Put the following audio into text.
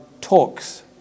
talks